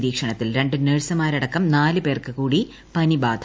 നിരീക്ഷണത്തിൽ രണ്ട് നേഴ്സ്റുമാര്ട്ക്കം നാല് പേർക്ക് കൂടി പനി ബാധ